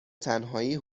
تنهایی